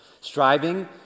Striving